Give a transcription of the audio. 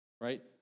right